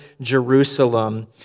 Jerusalem